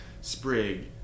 Sprig